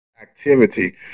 activity